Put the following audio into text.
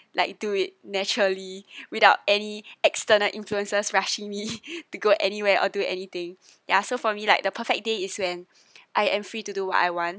like do it naturally without any external influences rushing me to go anywhere or do anything ya so for me like the perfect day is when I am free to do what I want